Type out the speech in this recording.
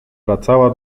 wracała